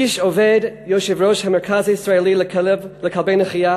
איש עובד, יושב-ראש המרכז הישראלי לכלבי נחייה